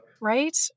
right